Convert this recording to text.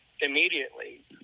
immediately